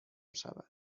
شود